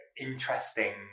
interesting